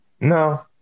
No